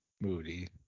Moody